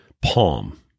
palm